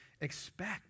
expect